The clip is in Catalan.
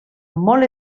molt